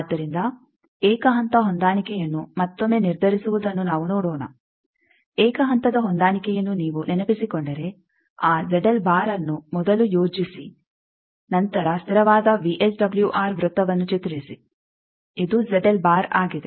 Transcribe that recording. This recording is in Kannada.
ಆದ್ದರಿಂದ ಏಕ ಹಂತ ಹೊಂದಾಣಿಕೆಯನ್ನು ಮತ್ತೊಮ್ಮೆ ನಿರ್ಧರಿಸುವುದನ್ನು ನಾವು ನೋಡೋಣ ಏಕ ಹಂತದ ಹೊಂದಾಣಿಕೆಯನ್ನು ನೀವು ನೆನಪಿಸಿಕೊಂಡರೆ ಆ ಅನ್ನು ಮೊದಲು ಯೋಜಿಸಿ ನಂತರ ಸ್ಥಿರವಾದ ವಿಎಸ್ಡಬ್ಲ್ಯೂಆರ್ ವೃತ್ತವನ್ನು ಚಿತ್ರಿಸಿ ಇದು ಆಗಿದೆ